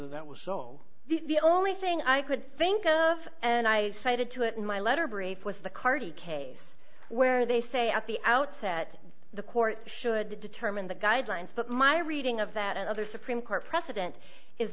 her that was the only thing i could think of and i cited to it in my letter brief was the cardi case where they say at the outset the court should determine the guidelines but my reading of that and other supreme court precedent is